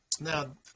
Now